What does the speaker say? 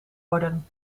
worden